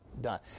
done